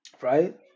right